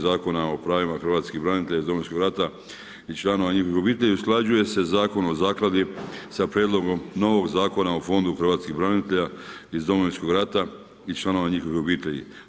Zakona o pravima hrvatskih branitelja iz Domovinskog rata i članova njihovih obitelji usklađuje se Zakon o zakladi sa prijedlogom novog zakona o Fondu hrvatskih branitelja iz Domovinskog rata i članova njihovih obitelji.